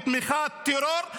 תמיכת טרור,